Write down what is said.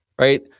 right